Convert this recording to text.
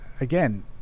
Again